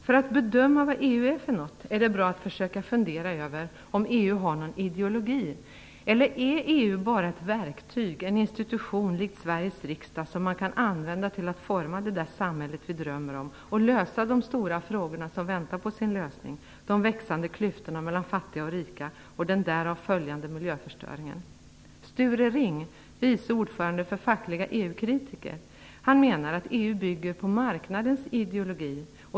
För att bedöma vad EU är för något är det bra att försöka fundera över om EU har någon ideologi eller om EU bara är ett verktyg. Är det en institution, likt Sveriges riksdag, som vi kan använda till att forma det där samhälllet som vi drömmer om och lösa de stora frågorna som väntar på sin lösning; de växande klyftorna mellan fattiga och rika och den därav följande miljöförstöringen? kritiker, menar att EU bygger på marknadens ideologi.